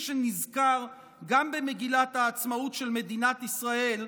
שנזכר גם במגילת העצמאות של מדינת ישראל,